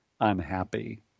unhappy